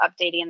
updating